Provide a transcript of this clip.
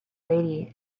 lady